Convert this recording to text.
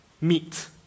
meet